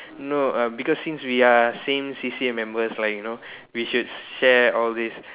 no uh because since we are same C_C_A members like you know we should share all these